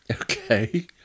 Okay